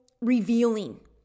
revealing